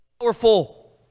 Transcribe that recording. powerful